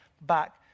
back